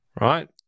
Right